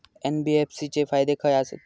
NBFC चे फायदे खाय आसत?